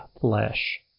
flesh